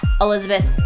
Elizabeth